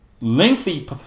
lengthy